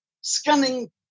scanning